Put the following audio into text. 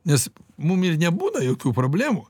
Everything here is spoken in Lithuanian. nes mum ir nebūna jokių problemų